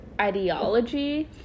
ideology